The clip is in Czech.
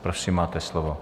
Prosím, máte slovo.